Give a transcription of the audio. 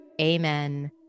Amen